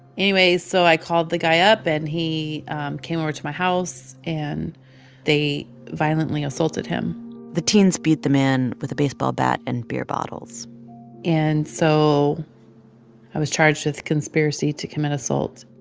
anyway, so i called the guy up, and he came over to my house. and they violently assaulted him the teens beat the man with a baseball bat and beer bottles and so i was charged with conspiracy to commit assault